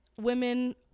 women